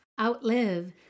Outlive